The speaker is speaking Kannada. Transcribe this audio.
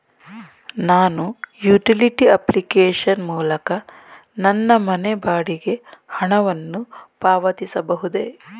ನಾನು ಯುಟಿಲಿಟಿ ಅಪ್ಲಿಕೇಶನ್ ಮೂಲಕ ನನ್ನ ಮನೆ ಬಾಡಿಗೆ ಹಣವನ್ನು ಪಾವತಿಸಬಹುದೇ?